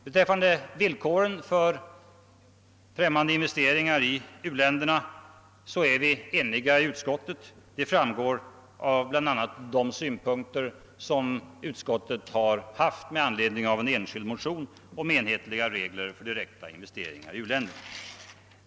Beträffande vill koren för främmande investeringar i uländerna är vi eniga inom utskottet. Det framgår bl.a. av de synpunkter som utskottet framfört med anledning av en enskild motion om enhetliga regler för direkta investeringar i u-länderna.